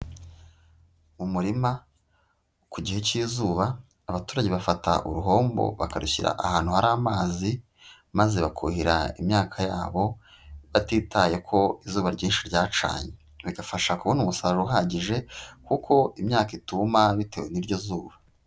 Umurima ku gihe cy'izuba abaturage bafata uruhombo bakarushyira ahantu hari amazi, maze bakuhira imyaka yabo, batitaye ko izuba ryinshi ryacanye, bigafasha kubona umusaruro uhagije kuko imyaka ituma bitewe n'iryo zuba.